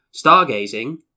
Stargazing